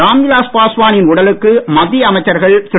ராம்விலாஸ் பாஸ்வானின் உடலுக்கு மத்திய அமைச்சர்கள் திரு